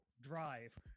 Drive